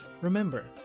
remember